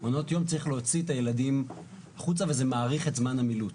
מעונות יום צריך להוציא את הילדים החוצה וזה מאריך את זמן המילוט.